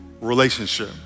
relationship